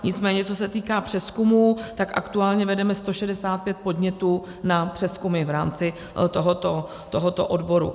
Nicméně co se týká přezkumu, tak aktuálně vedeme 165 podnětů na přezkumy v rámci tohoto odboru.